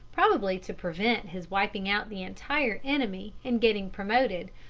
probably to prevent his wiping out the entire enemy and getting promoted,